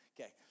okay